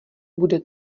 bude